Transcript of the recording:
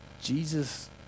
Jesus